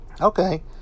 Okay